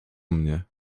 mnie